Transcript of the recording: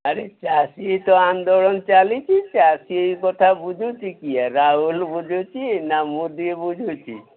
ଆରେ ଚାଷୀ ତ ଆନ୍ଦାଳନ ଚାଲିଛି ଚାଷୀ କଥା ବୁଝୁଛି କିଏ ରାହୁଲ ବୁଝୁଛି ନା ମୋଦି ବୁଝୁଛି